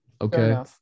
Okay